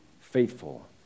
faithful